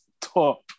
top